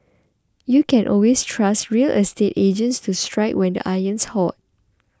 you can always trust real estate agents to strike when the iron's hot